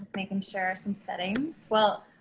making sure some settings. well,